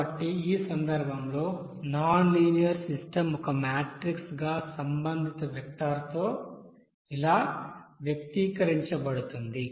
కాబట్టి ఈ సందర్భంలో నాన్ లీనియర్ సిస్టమ్ ఒక మాట్రిక్ గా సంబంధిత వెక్టర్తో గా వ్యక్తీకరించబడుతుంది